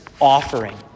offering